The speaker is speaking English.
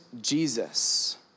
Jesus